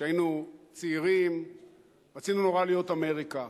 שהיינו צעירים רצינו נורא להיות אמריקה.